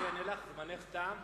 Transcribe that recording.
אני אענה לך: זמנך תם.